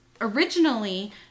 Originally